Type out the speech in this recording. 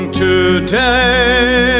today